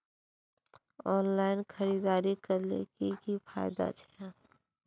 Online खरीदारी करले की की फायदा छे?